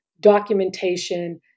documentation